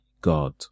God